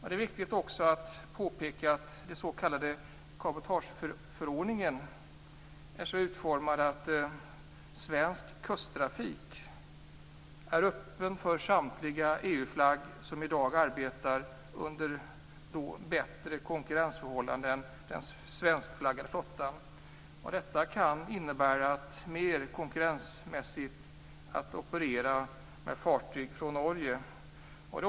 Det är också viktigt att påpeka att den s.k. cabotageförordningen är så utformad att svensk kusttrafik är öppen för samtliga EU-flaggor under vilka man i dag arbetar under bättre konkurrensförhållanden än den svenskflaggade flottan. Detta kan innebära att det är mera konkurrensmässigt att operera med fartyg från Norge.